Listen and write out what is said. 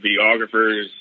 videographers